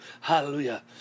Hallelujah